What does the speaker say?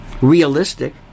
realistic